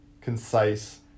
concise